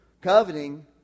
Coveting